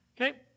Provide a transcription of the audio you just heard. Okay